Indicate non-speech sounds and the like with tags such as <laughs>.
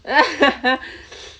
<laughs>